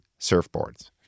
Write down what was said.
surfboards